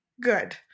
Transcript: good